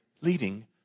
leading